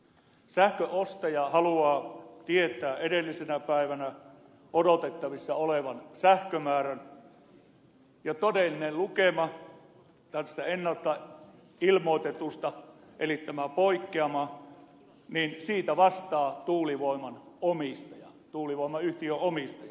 sähkön ostaja haluaa tietää edellisenä päivänä odotettavissa olevan sähkömäärän ja todellisesta lukemasta tästä ennalta ilmoitetusta eli tästä poikkeamasta vastaa tuulivoiman omistaja tuulivoimayhtiön omistaja